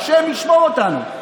ה' ישמור אותנו.